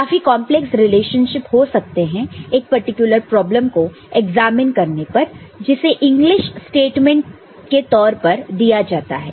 काफी complex relationship हो सकते हैं एक पार्टीकूलर प्रॉब्लम को एग्जामिन करने पर जिसे इंग्लिश स्टेटमेंट के तौर पर दिया जाता है